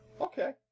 Okay